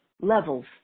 Levels